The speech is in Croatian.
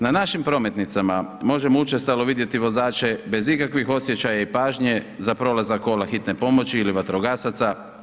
Na našim prometnicama možemo učestalo vidjeti vozače bez ikakvih osjećaja i pažnje za prolazak kola hitne pomoći ili vatrogasaca.